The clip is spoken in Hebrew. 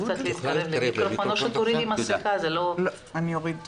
אני לא יכולה